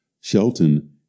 Shelton